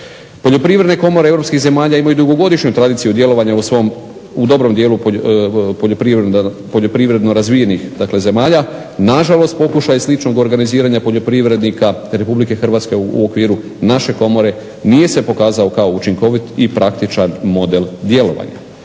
Poljoprivredne komore europskih zemalja imaju dugogodišnju tradiciju djelovanja u svom, u dobrom dijelu poljoprivredno razvijenih, dakle zemalja. Na žalost pokušaj sličnog organiziranja poljoprivrednika Republike Hrvatske u okviru naše Komore nije se pokazao kao učinkovit i praktičan model djelovanja.